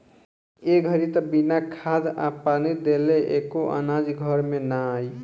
ए घड़ी त बिना खाद आ पानी देले एको अनाज घर में ना आई